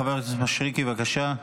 חבר הכנסת מישרקי, בבקשה.